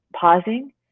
pausing